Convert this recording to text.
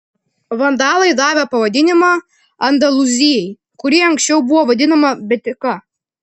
vandalai davė pavadinimą andalūzijai kuri anksčiau buvo vadinama betika